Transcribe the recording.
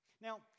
Now